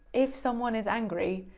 if someone is angry,